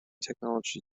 technology